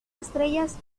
estrellas